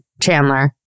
Chandler